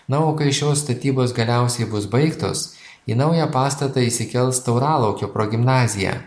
na o kai šios statybos galiausiai bus baigtos į naują pastatą įsikels tauralaukio progimnazija